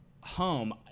home